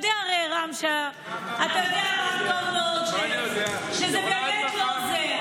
רם, אתה הרי יודע טוב מאוד שזה באמת לא זה.